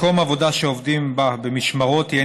1. מוצע כי במקום עבודה שעובדים בו במשמרות יהיה